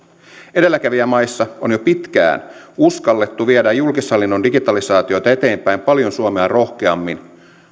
edelläkävijämaissa on jo pitkään uskallettu viedä julkishallinnon digitalisaatiota eteenpäin paljon suomea rohkeammin